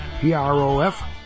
P-R-O-F